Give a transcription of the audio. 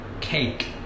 cake